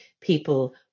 people